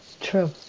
True